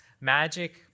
magic